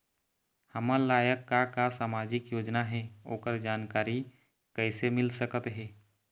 हमर लायक का का सामाजिक योजना हे, ओकर जानकारी कइसे मील सकत हे?